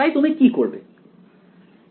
তাই তুমি কি করবে